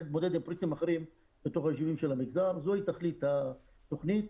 זוהי תכלית התוכנית.